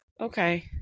okay